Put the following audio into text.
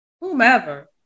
whomever